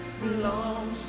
belongs